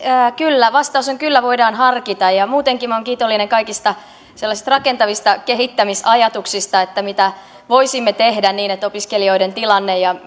kyllä vastaus on kyllä voidaan harkita ja ja muutenkin minä olen kiitollinen kaikista rakentavista kehittämisajatuksista mitä voisimme tehdä niin että opiskelijoiden tilanne ja